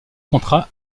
contrats